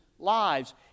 lives